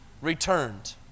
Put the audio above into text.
returned